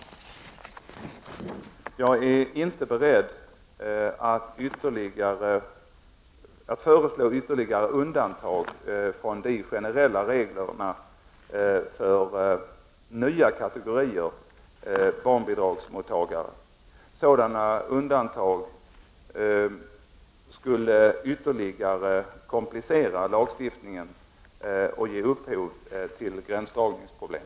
Jag är inte beredd att föreslå ytterligare undantag från de generella reglerna för nya kategorier barnbidragsmottagare. Sådana undantag skulle yt terligare komplicera lagstiftningen och ge upphov till gränsdragningsproblem.